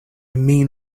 mean